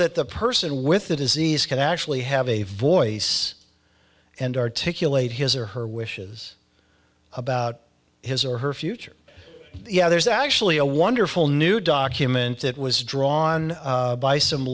that the person with the disease can actually have a voice and articulate his or her wishes about his or her future yeah there's actually a wonderful new document that was drawn by some